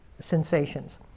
sensations